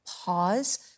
pause